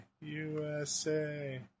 USA